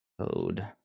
Code